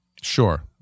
Sure